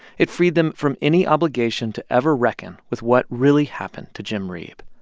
it freed them from any obligation to ever reckon with what really happened to jim reeb.